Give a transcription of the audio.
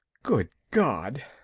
good god.